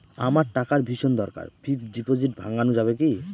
আমার টাকার ভীষণ দরকার ফিক্সট ডিপোজিট ভাঙ্গানো যাবে কি?